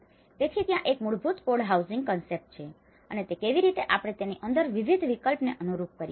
તેથી ત્યાં એક મૂળભૂત કોડ હાઉસિંગ કન્સેપ્ટ છે અને તે કેવી રીતે આપણે તેની અંદર વિવિધ વિકલ્પોને અનુરૂપ કરીએ છીએ